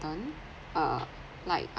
uh like